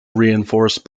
reinforce